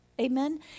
amen